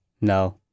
No